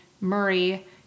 Murray